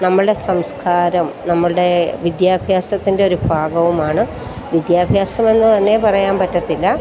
നമ്മളുടെ സംസ്കാരം നമ്മളുടെ വിദ്യാഭ്യാസത്തിൻ്റെ ഒരു ഭാഗവുമാണ് വിദ്യാഭ്യാസമെന്ന് തന്നെ പറയാൻ പറ്റത്തില്ല